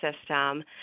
system